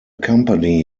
company